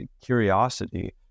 curiosity